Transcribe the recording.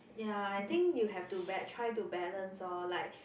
ya I think you have to try to balance orh like